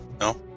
No